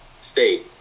state